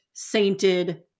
sainted